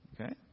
Okay